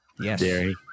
Yes